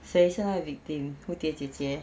谁是那个 victim 蝴蝶姐姐